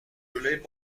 بودیم